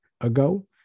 ago